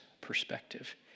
perspective